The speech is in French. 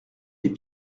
des